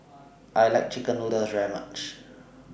I like Chicken Noodles very much